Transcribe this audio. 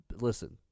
listen